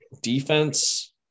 defense